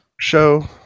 show